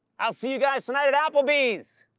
i'll see you guys tonight at applebee's!